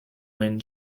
when